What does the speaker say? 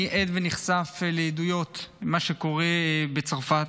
אני עד ונחשף לעדויות של מה שקורה בצרפת.